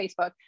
Facebook